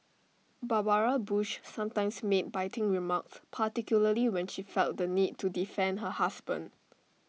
Barbara bush sometimes made biting remarks particularly when she felt the need to defend her husband